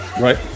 Right